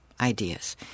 Ideas